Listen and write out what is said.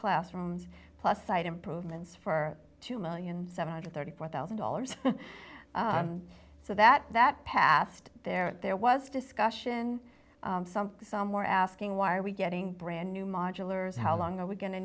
classrooms plus site improvements for two million seven hundred thirty four thousand dollars so that that past there there was discussion some some were asking why are we getting brand new modulars how long we're going to